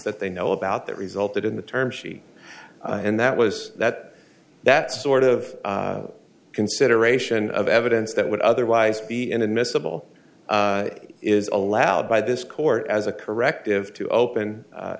that they know about that resulted in the term sheet and that was that that sort of consideration of evidence that would otherwise be inadmissible is allowed by this court as a corrective to open